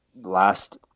last